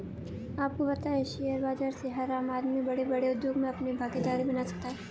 आपको पता है शेयर बाज़ार से हर आम आदमी बडे़ बडे़ उद्योग मे अपनी भागिदारी बना सकता है?